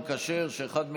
אם